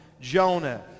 Jonah